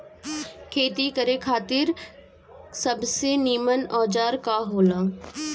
खेती करे खातिर सबसे नीमन औजार का हो ला?